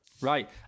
Right